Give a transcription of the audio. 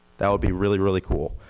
that will be really, really cool.